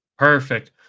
Perfect